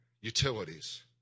utilities